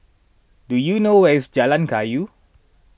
do you know where is Jalan Kayu